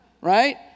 right